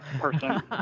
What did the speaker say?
person